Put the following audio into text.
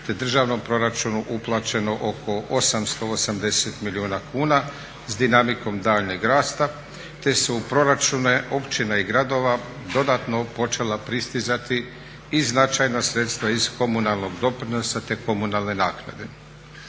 te državnom proračunu uplaćeno oko 880 milijuna kuna s dinamikom daljnjeg rasta te su u proračune općina i gradova dodatno počela pristizati i značajna sredstva iz komunalnog doprinosa te komunalne naknade.